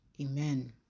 Amen